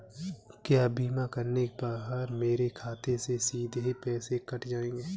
क्या बीमा करने पर मेरे खाते से सीधे पैसे कट जाएंगे?